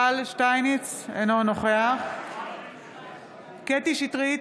שטייניץ, אינו נוכח קטי קטרין שטרית,